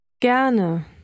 Gerne